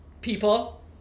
people